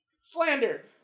Slander